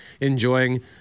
enjoying